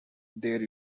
their